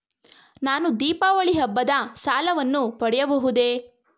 ನಾನು ದೀಪಾವಳಿ ಹಬ್ಬದ ಸಾಲವನ್ನು ಪಡೆಯಬಹುದೇ?